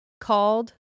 called